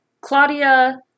Claudia